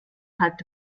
hat